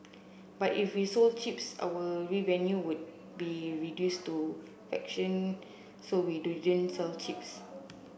but if we sold chips our revenue would be reduce to fraction so we sell chips